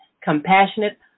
compassionate